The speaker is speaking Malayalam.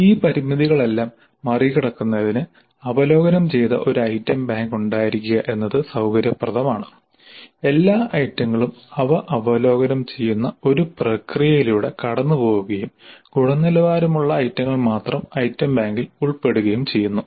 ഈ പരിമിതികളെല്ലാം മറികടക്കുന്നതിന് അവലോകനം ചെയ്ത ഒരു ഐറ്റം ബാങ്ക് ഉണ്ടായിരിക്കുക എന്നത് സൌകര്യപ്രദമാണ് എല്ലാ ഐറ്റങ്ങളും അവ അവലോകനം ചെയ്യുന്ന ഒരു പ്രക്രിയയിലൂടെ കടന്നുപോവുകയും ഗുണനിലവാരമുള്ള ഐറ്റങ്ങൾ മാത്രം ഐറ്റം ബാങ്കിൽ ഉൾപ്പെടുകയും ചെയ്യുന്നു